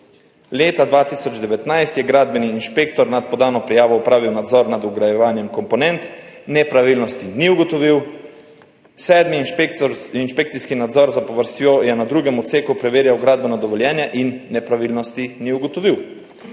Leta 2019 je gradbeni inšpektor zaradi podane prijave opravil nadzor nad vgrajevanjem komponent, nepravilnosti ni ugotovil. Sedmi inšpekcijski nadzor zapovrstjo je na drugem odseku preverjal gradbena dovoljenja in nepravilnosti ni ugotovil.